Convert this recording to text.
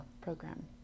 program